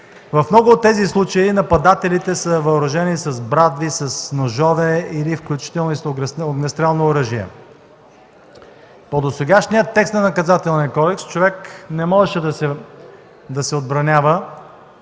В много от тези случаи нападателите са въоръжени с брадви, с ножове, включително и с огнестрелно оръжие. По досегашния текст на Наказателния кодекс човек не можеше да се отбранява,